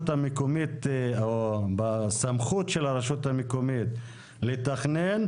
המקומית או בסמכות של הרשות המקומית לתכנן,